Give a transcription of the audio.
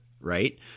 Right